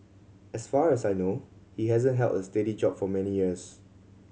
as far as I know he hasn't held a steady job for many years